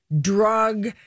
drug